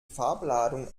farbladung